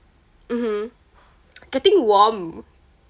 mmhmm getting warm